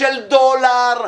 של דולר,